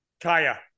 Kaya